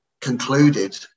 concluded